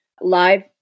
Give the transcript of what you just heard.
live